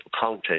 county